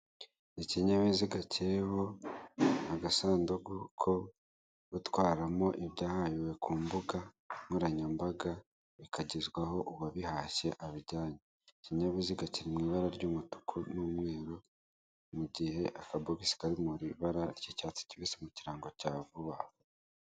Ikinyabiziga kiriho agasanduku ko gutwaramo ibyahahiwe ku mbuga nkoranyambaga, bikagezwa aho uwabihashye abijyanye. Ikinyabiziga kiri mu ibara ry'umutuku n'umweru, mu gihe akabogisi kari mu ibara ry'icyatsi kibisi, mu kirango cya vuba.